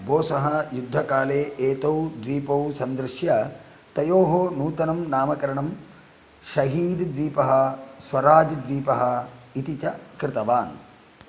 बोसः युद्धकाले एतौ द्वीपौ संदृश्य तयोः नूतनं नामकरणं शहीद् द्वीपः स्वराजद्वीपः इति च कृतवान्